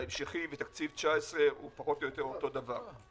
ההמשכי ותקציב 19' הוא פחות או יותר אותו דבר.